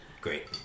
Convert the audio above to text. Great